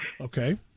Okay